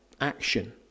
action